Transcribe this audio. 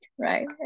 right